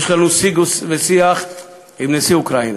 יש לנו שיג ושיח עם נשיא אוקראינה.